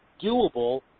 doable